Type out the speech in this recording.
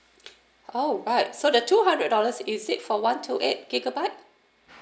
oh right so the two hundred dollars is it for one two eight gigabyte